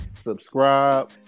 subscribe